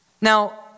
Now